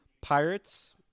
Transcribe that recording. Pirates